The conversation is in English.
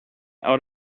out